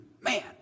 man